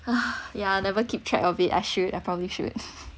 yeah never keep track of it I should I probably should